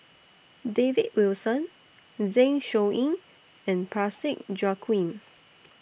David Wilson Zeng Shouyin and Parsick Joaquim